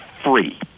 Free